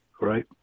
right